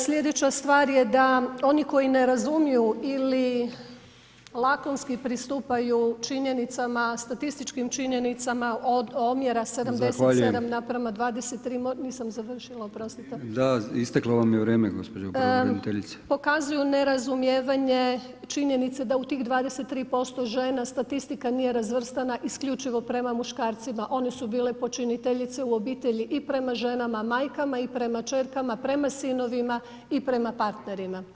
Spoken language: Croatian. Sljedeća stvar je da oni koji ne razumiju ili lakonski pristupaju činjenicama statističkim omjera 77, naprema 23 [[Upadica Brkić: Zahvaljujem.]] Nisam završila, oprostite [[Upadica Brkić: Da, isteklo vam je vrijeme gospođo pravobraniteljice.]] Pokazuju nerazumijevanje činjenice da u tih 23% žena statistika nije razvrštena isključivo prema muškarcima, one su bile počiniteljice u obitelji i prema ženama majkama i prema kćerkama, prema sinovima i prema partnerima.